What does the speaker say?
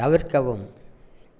தவிர்க்கவும்